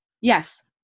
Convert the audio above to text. Yes